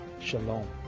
Shalom